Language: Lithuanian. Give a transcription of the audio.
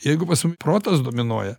jeigu pas mum protas dominuoja